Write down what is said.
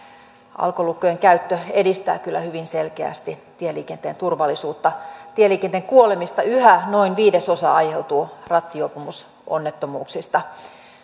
alkolukkojen käyttö edistää kyllä hyvin selkeästi tieliikenteen turvallisuutta tieliikennekuolemista yhä noin viidesosa aiheutuu rattijuopumusonnettomuuksista